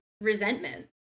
resentment